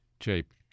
shape